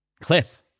Cliff